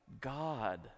God